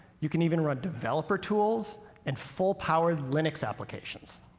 you can even run developer tools and full-powered linux applications.